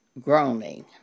groaning